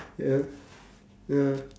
ya ya